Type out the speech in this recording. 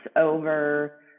over